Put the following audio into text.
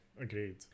agreed